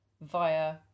via